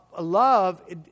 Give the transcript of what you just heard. love